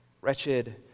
Wretched